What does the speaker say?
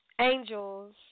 Angels